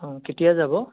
অঁ কেতিয়া যাব